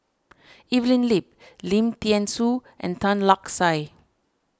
Evelyn Lip Lim thean Soo and Tan Lark Sye